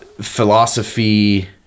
philosophy